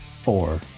four